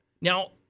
Now